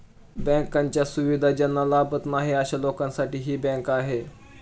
बँकांच्या सुविधा ज्यांना लाभत नाही अशा लोकांसाठी ही बँक आहे